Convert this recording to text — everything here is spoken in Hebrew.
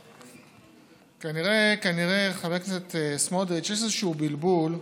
כנראה, חבר הכנסת סמוטריץ', יש איזשהו בלבול.